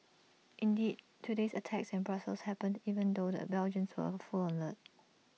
indeed today's attacks in Brussels happened even though the Belgians were on full alert